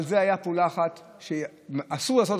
אבל זאת הייתה פעולה אחת שאסור לעשות